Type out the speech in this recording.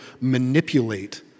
manipulate